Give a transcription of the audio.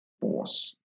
force